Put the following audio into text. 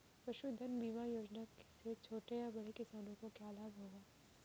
पशुधन बीमा योजना से छोटे या बड़े किसानों को क्या लाभ होगा?